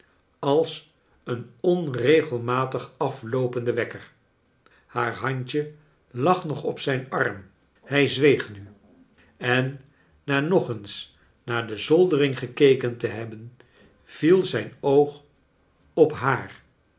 als een onregelmatig afloopende wekker haar handje lag nog op zijn arm hij zweeg nu en na nog eens naar de zoldering gekeken te hebben viel zijn oog op haar